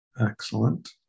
excellent